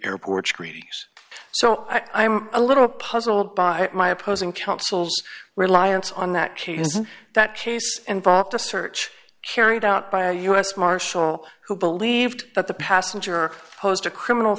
airports greetings so i'm a little puzzled by my opposing counsel's reliance on that case in that case and brought up the search carried out by a u s marshal who believed that the passenger posed a criminal